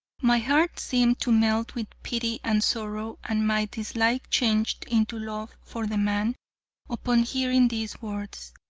my heart seemed to melt with pity and sorrow, and my dislike changed into love for the man upon hearing these words,